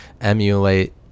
emulate